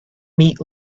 meat